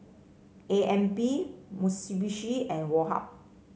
A M B Mitsubishi and Woh Hup